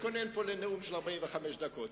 מתכונן לנאום של 45 דקות,